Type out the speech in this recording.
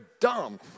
dumb